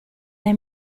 dai